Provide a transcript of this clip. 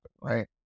Right